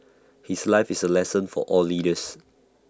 his life is A lesson for all leaders